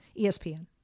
ESPN